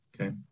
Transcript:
Okay